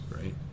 right